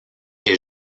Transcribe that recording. est